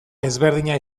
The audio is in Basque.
ezberdina